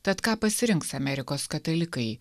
tad ką pasirinks amerikos katalikai